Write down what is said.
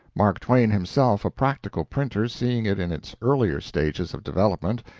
mark twain, himself a practical printer, seeing it in its earlier stages of development,